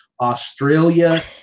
Australia